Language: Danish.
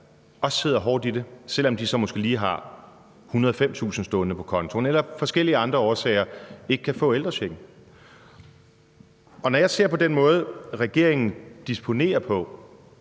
også sidder hårdt i det, selv om de så måske lige har 105.000 kr. stående på kontoen eller af forskellige andre årsager ikke kan få ældrechecken. Når jeg ser på den måde, regeringen disponerer på